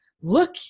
look